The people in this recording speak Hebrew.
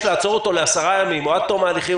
לעצור אותו ל-10 ימים או עד תום ההליכים,